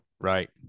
right